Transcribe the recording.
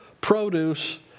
produce